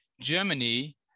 Germany